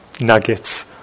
nuggets